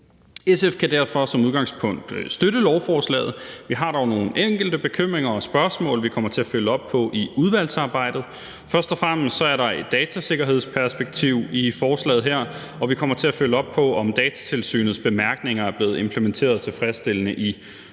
SF kan derfor som udgangspunkt støtte lovforslaget. Vi har dog nogle enkelte bekymringer og spørgsmål, som vi kommer til at følge op på i udvalgsarbejdet. Først og fremmest er der et datasikkerhedsperspektiv i forslaget her, og vi kommer til at følge op på, om Datatilsynets bemærkninger er blevet implementeret tilfredsstillende i forslaget.